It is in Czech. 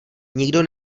nikdo